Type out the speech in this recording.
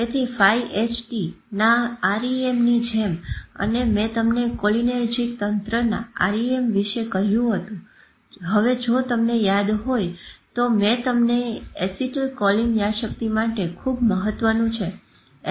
તેથી 5 HT ના REM ની જેમ અને મેં તમને કોલીનર્જીક તંત્રના REM વિશે કહ્યું હતું હવે જો તમને યાદ હોય તો મેં તમને એસીટલ કોલીન યાદશક્તિ માટે ખુબ મહત્વનું છે